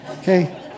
okay